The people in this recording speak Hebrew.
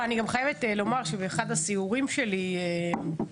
ואני גם חייבת לומר שבאחד הסיורים שלי בשטח,